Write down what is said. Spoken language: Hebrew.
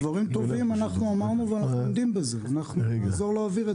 אנחנו אמרנו ואנחנו עומדים בזה: דברים טובים אנחנו נעזור להעביר.